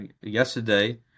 yesterday